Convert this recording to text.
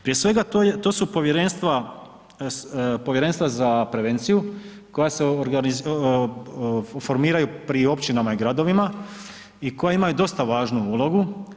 Prije svega, to su povjerenstva za prevenciju koja se formiraju pri općinama i gradovima i koji imaju dosta važnu ulogu.